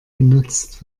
genutzt